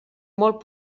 molt